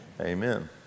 amen